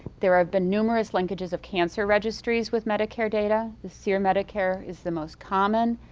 there have been numerous linkages of cancer registries with medicare data. this year, medicare is the most common,